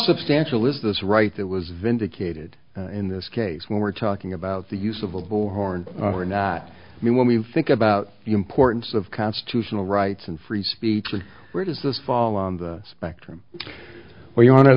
substantial is this right that was vindicated in this case when we're talking about the use of a bullhorn or not i mean when we think about the importance of constitutional rights and free speech or where does this fall on the spectrum where you